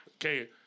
Okay